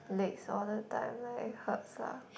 legs all the time like it hurts lah